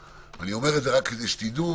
ואני אומר את זה רק כדי שתדעו,